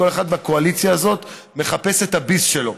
כל אחד בקואליציה הזאת מחפש את הביס שלו,